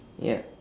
ya